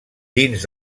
dins